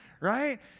right